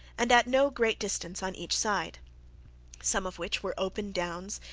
and at no great distance on each side some of which were open downs,